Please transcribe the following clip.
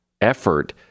effort